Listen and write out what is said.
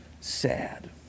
sad